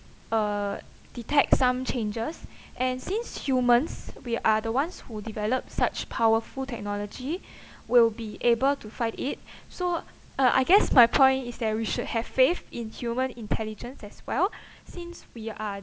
uh detect some changes and since humans we are the ones who develop such powerful technology we'll be able to fight it so uh I guess my point is that we should have faith in human intelligence as well since we are